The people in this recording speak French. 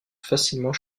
facilement